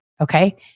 okay